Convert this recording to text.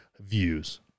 views